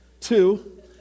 Two